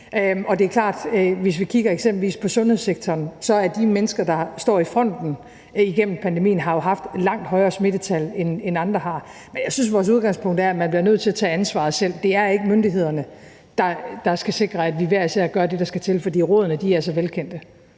Det er klart, at hvis vi kigger eksempelvis på sundhedssektoren, har de mennesker, der igennem pandemien har stået i front, haft et langt højere smittetal, end andre har haft. Men jeg synes, at vores udgangspunkt er, at man selv bliver nødt til at tage ansvaret. Det er ikke myndighederne, der skal sikre, at vi hver især gør det, der skal til, for rådene er altså velkendte.